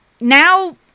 now